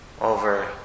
over